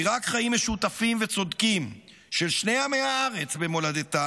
כי רק חיים משותפים וצודקים של שני עמי הארץ במולדתם,